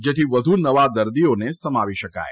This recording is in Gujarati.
જેથી વધુ નવા દર્દીઓને સમાવી શકાય